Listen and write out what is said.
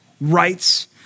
rights